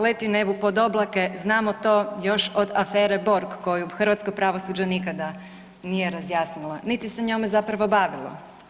Leti nebu pod oblake, znamo to još od afere Borg koju hrvatsko pravosuđe nikada nije razjasnilo, niti se njome zapravo bavilo.